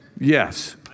Yes